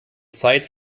zeit